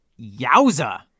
Yowza